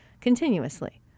continuously